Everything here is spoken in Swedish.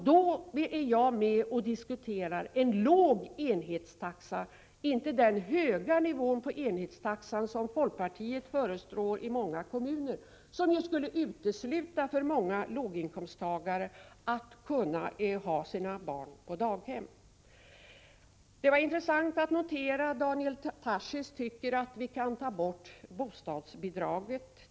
Då är jag med och diskuterar en låg enhetstaxa — inte den höga nivå på enhetstaxan som folkpartiet föreslår i många kommuner och som skulle utesluta möjligheten för många låginkomsttagare att ha sina barn på daghem. Det var intressant att notera att Daniel Tarschys tycker att vi kan ta bort bostadsbidraget.